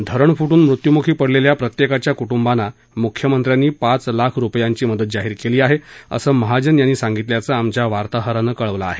धरण फुट्रन मृत्युमुखी पडलेल्या प्रत्येकाच्या कुटुंबांना मुख्यमंत्र्यांनी पाच लाख रुपयांची मदत जाहीर केली आहे असं महाजन यांनी सांगितल्याचं आमच्या वार्ताहरानं कळवलं आहे